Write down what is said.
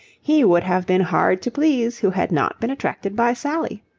he would have been hard to please who had not been attracted by sally.